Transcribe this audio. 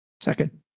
Second